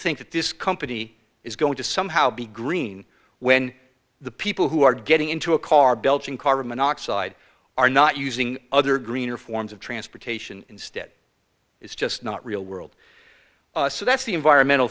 think that this company is going to somehow be green when the people who are getting into a car belching carbon monoxide are not using other greener forms of transportation instead it's just not real world so that's the environmental